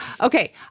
Okay